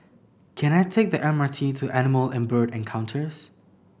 can I take the M R T to Animal and Bird Encounters